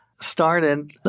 started